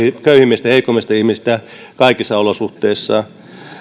köyhimmistä ja heikoimmista ihmisistä kaikissa olosuhteissa